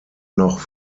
noch